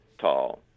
tall